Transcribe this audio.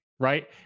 right